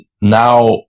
now